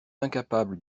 incapable